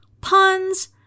puns